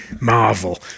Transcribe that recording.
marvel